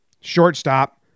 shortstop